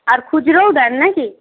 আর খুচরোও দেন না কি